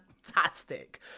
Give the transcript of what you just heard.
Fantastic